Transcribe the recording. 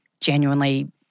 genuinely